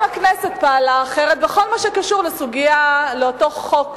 הכנסת פעלה אחרת בכל מה שקשור לאותו חוק,